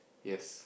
yes